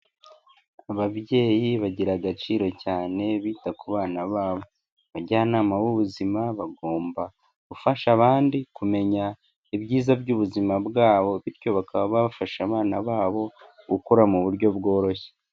Ababyeyi bagira agaciro cyane bita ku bana babo, abajyanama b'ubuzima bagomba gufasha abandi kumenya ibyiza by'ubuzima bwabo bityo bakaba bafasha abana babo gukura mu buryo bworoshye.